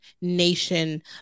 nation